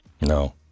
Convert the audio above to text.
No